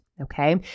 okay